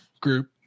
group